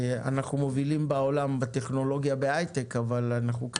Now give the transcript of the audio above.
אנחנו מובילים בעולם בטכנולוגיה בהייטק אבל אנחנו,